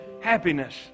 happiness